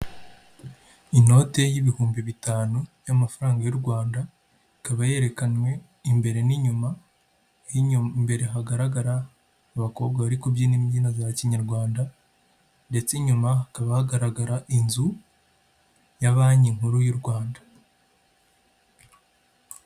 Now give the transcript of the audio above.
Inote y'ibihumbi bitanu y'amafaranga y'u Rwanda ikaba yerekanywe imbere n'inyuma y'inyu aho imbere haragaragara abakobwa bari kubyina imbyino za Kinyarwanda ndetse inyuma hakaba hagaragara inzu ya banki nkuru y'u Rwanda.